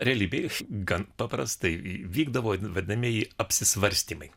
realybėj išgan paprastai vykdavo vadinamieji apsisvarstymai